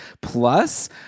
plus